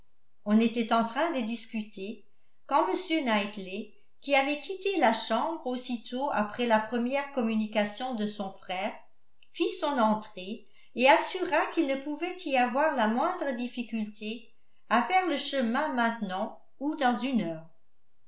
on était en train de discuter quand m knightley qui avait quitté la chambre aussitôt après la première communication de son frère fit son entrée et assura qu'il ne pouvait y avoir la moindre difficulté à faire le chemin maintenant ou dans une heure